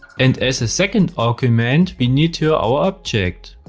and as the second argument, we need here our object.